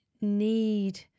need